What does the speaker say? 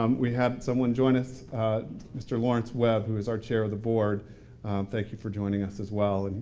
um we had someone join us mr. laurence webb who is our chair of the board thank you for joining us as well. and